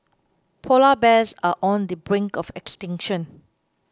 Polar Bears are on the brink of extinction